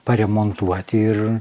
paremontuoti ir